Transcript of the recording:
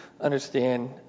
understand